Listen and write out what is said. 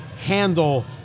handle